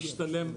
הפשע משתלם.